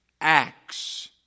acts